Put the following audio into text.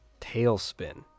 tailspin